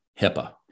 HIPAA